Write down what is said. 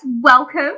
welcome